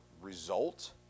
result